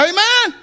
Amen